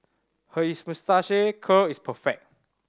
her is moustache curl is perfect